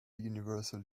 universal